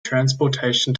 transportation